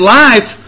life